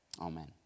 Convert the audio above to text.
Amen